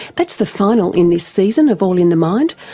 that's the final in this season of all in the mind,